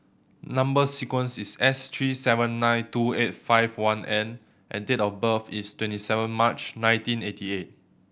number sequence is S three seven nine two eight five one N and date of birth is twenty seven March nineteen eighty eight